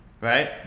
right